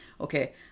Okay